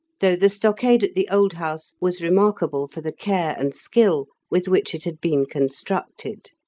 though the stockade at the old house was remarkable for the care and skill with which it had been constructed.